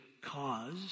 cause